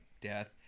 death